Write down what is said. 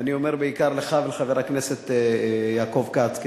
אני אומר בעיקר לך ולחבר הכנסת יעקב כץ,